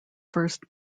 first